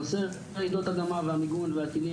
נושא רעידות אדמה והמיגון והטילים,